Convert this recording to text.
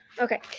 Okay